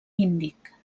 índic